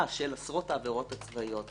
אתם אומרים: 97% - עמדנו בלוחות הזמנים שנקבעו,